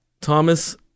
Thomas